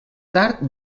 tard